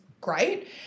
great